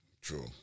True